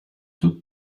took